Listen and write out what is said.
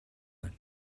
байна